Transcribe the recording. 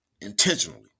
intentionally